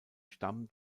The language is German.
stamm